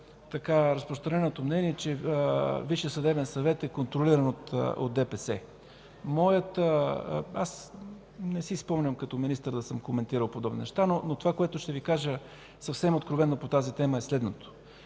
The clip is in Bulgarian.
разпространеното мнение, че Висшият съдебен съвет е контролиран от ДПС. Аз не си спомням като министър да съм коментирал подобни неща, но това, което ще Ви кажа съвсем откровено по тази тема, е следното